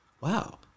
wow